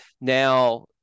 Now